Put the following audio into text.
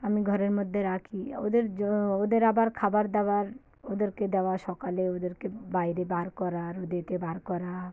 আমি ঘরের মধ্যে রাখি ওদের ওদের আবার খাবার দাবার ওদেরকে দেওয়া সকালে ওদেরকে বাইরে বার করার ওদেরকে বার করা